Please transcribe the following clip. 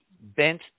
bent